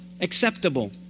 acceptable